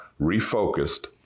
refocused